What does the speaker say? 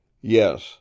Yes